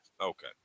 Okay